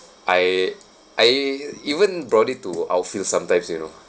I I e~ even brought it to outfield sometimes you know